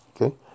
okay